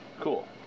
Cool